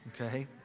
okay